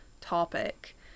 topic